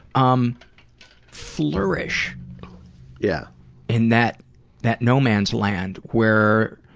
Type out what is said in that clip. um flourish yeah in that that no-man's land where